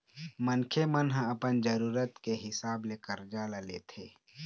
मनखे मन ह अपन जरुरत के हिसाब ले करजा ल लेथे